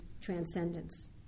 transcendence